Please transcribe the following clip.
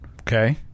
Okay